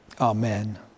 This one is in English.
Amen